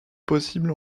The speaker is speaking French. possible